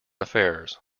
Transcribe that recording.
affairs